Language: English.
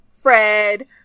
Fred